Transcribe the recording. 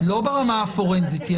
לא ברמה הפורנזית.